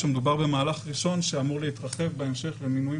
שמדובר במהלך ראשון שאמור להתרחב בהמשך במינויים